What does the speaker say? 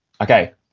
okay